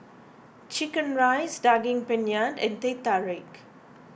Chicken Rice Daging Penyet and Teh Tarik